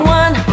one